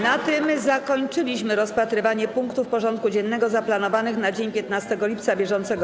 Na tym zakończyliśmy rozpatrywanie punktów porządku dziennego zaplanowanych na dzień 15 lipca br.